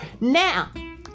Now